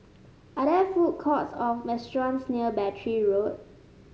are there food courts or restaurants near Battery Road